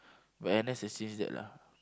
but N_S has changed that lah